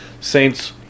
saints